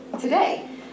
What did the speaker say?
today